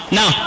now